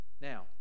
Now